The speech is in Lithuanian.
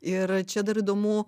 ir čia dar įdomu